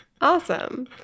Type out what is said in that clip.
Awesome